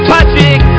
Patrick